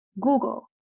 Google